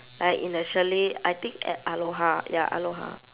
like in a chalet I think at aloha ya aloha